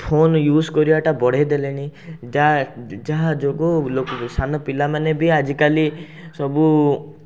phone use କରିବାଟା ବଢ଼େଇ ଦେଲେଣି ଯା ଯାହା ଯୋଗୁଁ ସାନ ପିଲାମାନେବି ଆଜିକାଲି ସବୁ